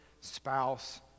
spouse